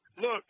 Look